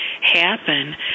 happen